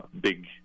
big